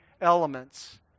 elements